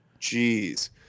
Jeez